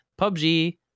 PUBG